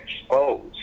exposed